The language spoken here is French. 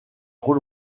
trop